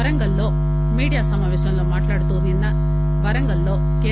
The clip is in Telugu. వరంగల్ లో మీడియా సమాపేశంలో మాట్లాడుతూ నిన్న వరంగల్లో కె